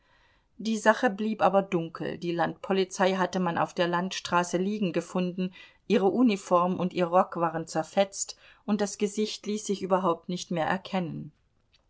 die sache blieb aber dunkel die landpolizei hatte man auf der landstraße liegen gefunden ihre uniform und ihr rock waren zerfetzt und das gesicht ließ sich überhaupt nicht mehr erkennen